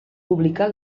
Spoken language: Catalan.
publicar